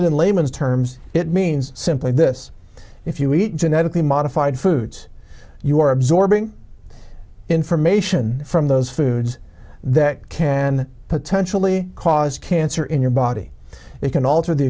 it in layman's terms it means simply this if you eat genetically modified foods you are absorbing information from those foods that can potentially cause cancer in your body it can alter the